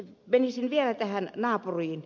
menisin vielä tähän naapuriin